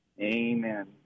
Amen